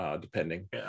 depending